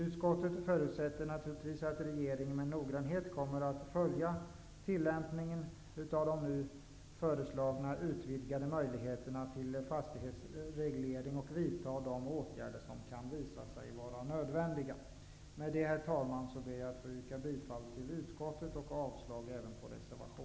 Utskottet förutsätter naturligtvis att regeringen med noggrannhet kommer att följa tillämpningen av de nu föreslagna utvidgade möjligheterna till fastighetsreglering och vidtar de åtgärder som kan visa sig vara nödvändiga. Herr talman! Men det anförda yrkar jag bifall till utskottets hemställan och avslag även på reservation 3.